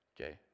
okay